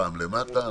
פעם למטה.